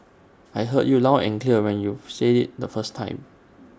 I heard you loud and clear when you said IT the first time